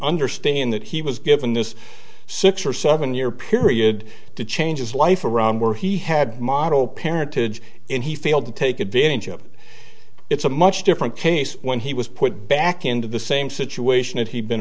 understanding that he was given this six or seven year period to change his life around where he had model parentage and he failed to take advantage of it's a much different case when he was put back into the same situation that he'd been